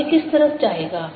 अब यह किस तरफ जाएगा